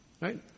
right